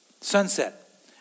Sunset